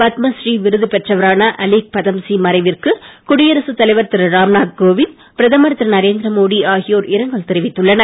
பத்மபூரீ விருது பெற்றவரான அலீக் பதம்சி மறைவிற்கு குடியரசு தலைவர் திரு ராம்நாத் கோவிந்த் பிரதமர் திரு நரேந்திரமோடி ஆகியோர் இரங்கல் தெரிவித்துள்ளனர்